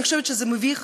אני חושבת שזה מביך,